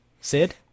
Sid